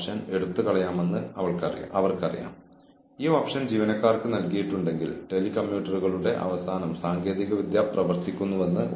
പ്രതീക്ഷിക്കുന്നതും പ്രതീക്ഷിക്കാത്തതും സംബന്ധിച്ച് ജീവനക്കാരനെ കൌൺസിലിംഗ് ചെയ്യുന്നത് നല്ലതാണ്